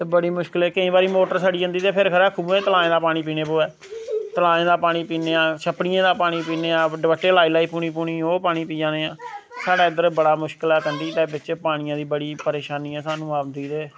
ते बड़ी मुश्कल ऐ ते केईं बारी मोटर सड़ी जंदी ते फेर खूहें तलाएं दा पानी पीने पवै तलाएं दा पानी पीने आं छपड़िएं दा पानी पीने आं दपट्टे लाई लाई पुनी पुनी ओह् पानी पिया दे आं स्हाड़ै इद्धर बड़़ा मुश्कल ऐ कंढी दे बिच पानिया दी बड़ी परेशानी ऐ स्हाू आंदी ते